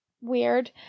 weird